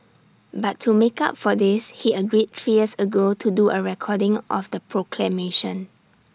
but to make up for this he agreed three years ago to do A recording of the proclamation